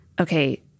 okay